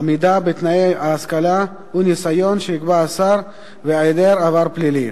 עמידה בתנאי ההשכלה וניסיון שיקבע השר והיעדר עבר פלילי.